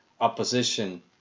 opposition